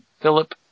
Philip